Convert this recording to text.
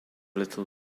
little